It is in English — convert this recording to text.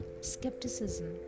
skepticism